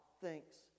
thinks